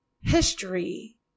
history